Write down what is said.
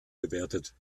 bewertet